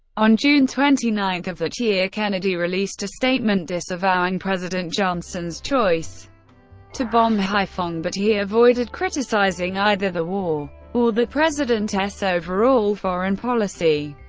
on june twenty nine of that year, kennedy released a statement disavowing president johnson's choice to bomb haiphong, but he avoided criticizing either the war or the president s overall foreign policy,